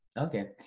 Okay